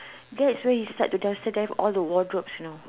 that's where he start to dumpster dive all the wardrobes you know